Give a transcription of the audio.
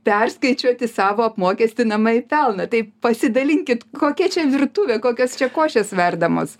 perskaičiuoti savo apmokestinamąjį pelną tai pasidalinkit kokia čia virtuvė kokios čia košės verdamos